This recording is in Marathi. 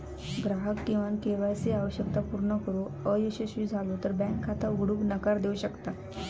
ग्राहक किमान के.वाय सी आवश्यकता पूर्ण करुक अयशस्वी झालो तर बँक खाता उघडूक नकार देऊ शकता